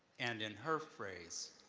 and, in her phrase,